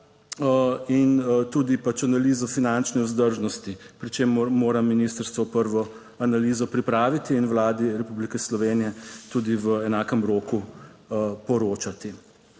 in tudi pač analizo finančne vzdržnosti, pri čemer mora ministrstvo prvo analizo pripraviti in Vladi Republike Slovenije tudi v enakem roku poročati.